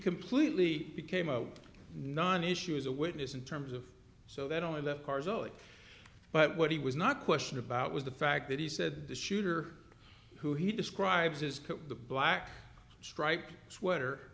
completely became a non issue as a witness in terms of so that only left karzai but what he was not question about was the fact that he said the shooter who he describes as the black strike sweater